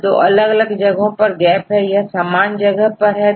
यहां दो अलग जगहों पर गैप है यह समान जगह पर है